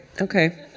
Okay